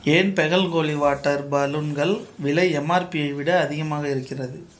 என் Pehel Holi water பலூன்கள் விலை எம்ஆர்பியை விட அதிகமாக இருக்கிறது